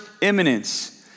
imminence